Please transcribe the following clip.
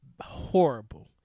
horrible